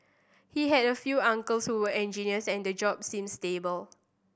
he had a few uncles who were engineers and the job seemed stable